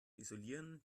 isolieren